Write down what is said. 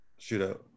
shootout